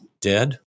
dead